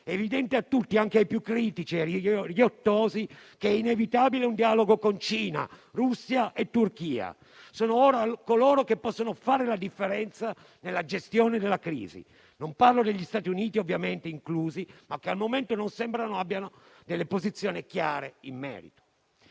evidente a tutti, anche ai più critici e ai riottosi, che è inevitabile un dialogo con Cina, Russia e Turchia. Sono coloro che possono fare la differenza nella gestione della crisi. Non parlo degli Stati Uniti, ovviamente inclusi, ma che al momento non sembrano avere posizioni chiare in merito.